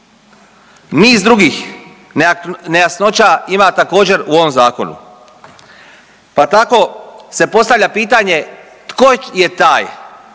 Niz drugih nejasnoća ima također u ovom zakonu, pa tako se postavlja pitanje tko je taj koji